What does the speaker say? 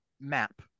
map